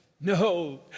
No